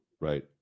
Right